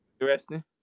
interesting